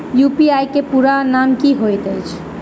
UPI केँ पूरा नाम की होइत अछि?